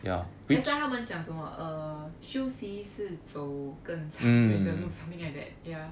that's why 他们讲什么 uh 休息是走更长远的路 something like that ya